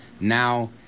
Now